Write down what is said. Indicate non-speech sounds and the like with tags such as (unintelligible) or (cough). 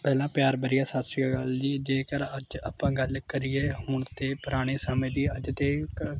ਪਹਿਲਾਂ ਪਿਆਰ ਭਰੀ ਆ ਸਤਿ ਸ਼੍ਰੀ ਅਕਾਲ ਜੀ ਜੇਕਰ ਅੱਜ ਆਪਾਂ ਗੱਲ ਕਰੀਏ ਹੁਣ ਅਤੇ ਪੁਰਾਣੇ ਸਮੇਂ ਦੀ ਅੱਜ ਅਤੇ (unintelligible)